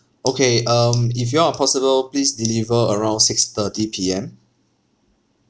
okay um if you all are possible please deliver around six thirty P_M